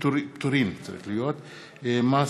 (פטורים) (מס'